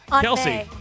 Kelsey